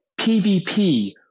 PvP